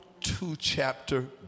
two-chapter